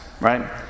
right